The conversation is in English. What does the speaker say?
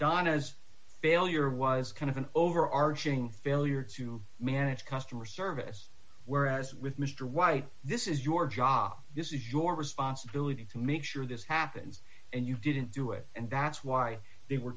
donna as failure was kind of an overarching failure to manage customer service whereas with mr white this is your job this is your responsibility to make sure this happens and you didn't do it and that's why they were